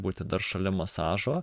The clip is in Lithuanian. būti dar šalia masažo